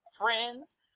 friends